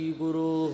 guru